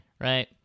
Right